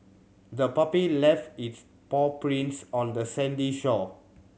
the puppy left its paw prints on the sandy shore